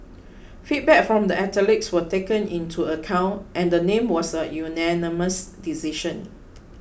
feedback from the athletes were taken into account and the name was a unanimous decision